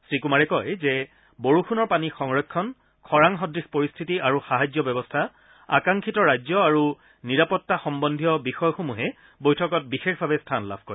শ্ৰীকুমাৰে কয় যে বৰষুণৰ পানী সংৰক্ষণ খৰাং সদৃশ পৰিস্থিতি আৰু সাহায্য ব্যৱস্থা আকাংক্ষিত ৰাজ্য আৰু নিৰাপত্তা সহ্বন্ধীয় বিষয়সমূহে বৈঠকত বিশেষভাৱে স্থান লাভ কৰে